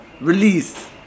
release